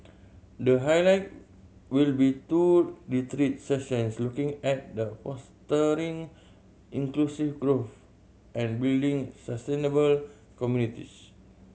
the highlight will be two retreat sessions looking at the fostering inclusive growth and building sustainable communities